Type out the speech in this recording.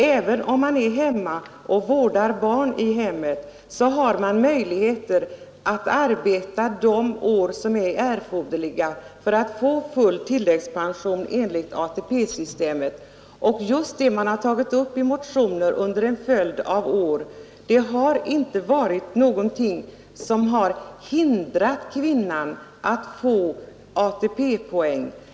Även om man är hemma och vårdar barn har man möjligheter att arbeta de år som är erforderliga för att få full tilläggspension enligt ATP-systemet, och det som tagits upp i motioner under en följd av år har inte gällt någonting som hindrat kvinnan från att få ATP-poäng.